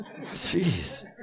Jeez